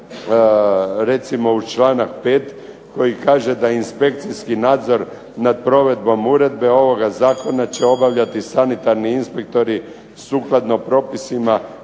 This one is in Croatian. recimo u članak 5. koji kaže da inspekcijski nadzor nad provedbom uredbe ovoga zakona će obavljati sanitarni inspektori sukladno propisima